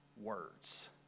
words